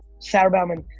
sarah baumann,